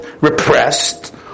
repressed